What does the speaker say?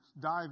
dive